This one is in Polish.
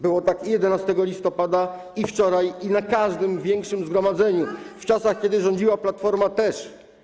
Było tak i 11 listopada, i wczoraj, i na każdym większym zgromadzeniu - w czasach, kiedy rządziła Platforma, też.